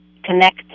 Connect